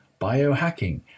biohacking